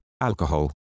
alcohol